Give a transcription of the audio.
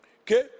Okay